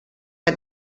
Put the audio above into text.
que